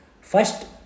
First